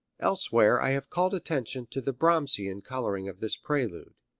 elsewhere i have called attention to the brahmsian coloring of this prelude.